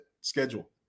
schedule